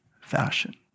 fashion